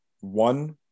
one